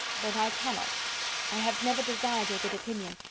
but i cannot i have never desired your good opinion,